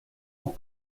aux